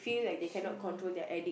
swimming